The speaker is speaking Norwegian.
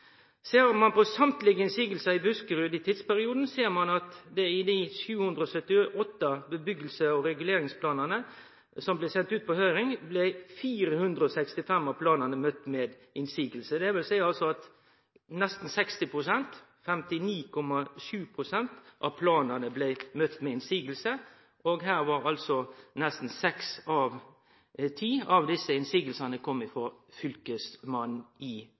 Ser ein på alle motsegner i Buskerud i tidsperioden, ser ein at av dei 778 byggje- og reguleringsplanane som blei sende ut på høyring, blei 465 av planane møtt med motsegn. Det vil altså seie at nesten 60 pst. – 59,7 pst. – av planane blei møtt med motsegn. Nesten seks av ti av desse motsegnene kom frå Fylkesmannen i